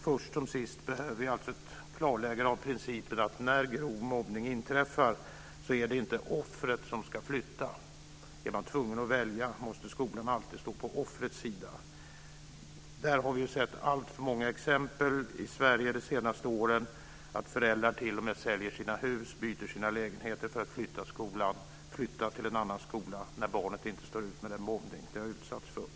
Först som sist behöver vi alltså ett klarläggande av principen att det när grov mobbning inträffar inte är offret som ska flytta. Är man tvungen att välja måste skolan alltid stå på offrets sida. Vi har i Sverige sett alltför många exempel de senaste åren på att föräldrar t.o.m. säljer sina hus eller byter sina lägenheter för att flytta till en annan skola när barnet inte står ut med den mobbning det har utsatts för.